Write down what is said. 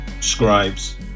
scribes